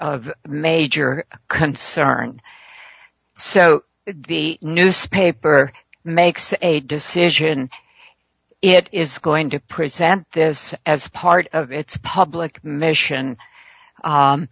of major concern so the newspaper makes a decision it is going to present this as part of its public mission